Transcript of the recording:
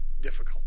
difficult